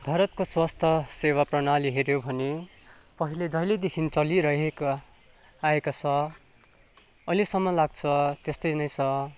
भारतको स्वास्थ्य सेवा प्रणाली हेर्यो भने पहिले जहिलेदेखि चलिरहेको आएको छ अहिलेसम्म लाग्छ त्यस्तै नै छ